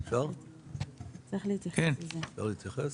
אפשר להתייחס?